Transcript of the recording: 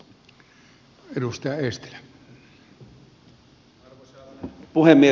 arvoisa puhemies